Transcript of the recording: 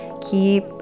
Keep